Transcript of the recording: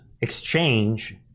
exchange